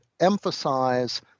emphasize